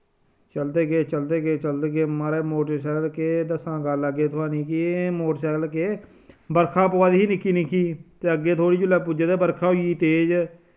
चलदे गे चलदे गे चलदे गे माराज मोटरसैकल केह् दस्सां गल्ल अग्गें तुआनूं कि एह् मोटरसैकल केह् बरखा पोआ दी ही निक्की निक्की ते अग्गें थोह्ड़ी जुल्लै पुज्जे ते बरखा होई गी तेज